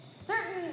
Certain